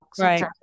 Right